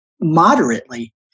moderately